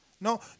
No